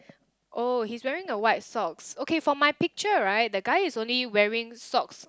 oh he's wearing a white socks okay from my picture right the guy is only wearing socks